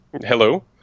Hello